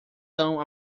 são